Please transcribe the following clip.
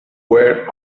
were